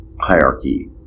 hierarchy